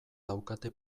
daukate